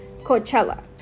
Coachella